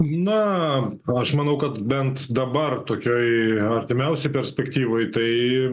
na o aš manau kad bent dabar tokioj artimiausioj perspektyvoj tai